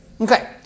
Okay